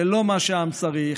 זה לא מה שהעם צריך,